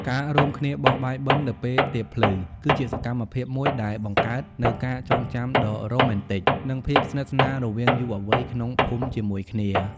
ការរួមគ្នា "បោះបាយបិណ្ឌ" នៅពេលទៀបភ្លឺ គឺជាសកម្មភាពមួយដែលបង្កើតនូវការចងចាំដ៏រ៉ូមែនទិក និងភាពស្និទ្ធស្នាលរវាងយុវវ័យក្នុងភូមិជាមួយគ្នា។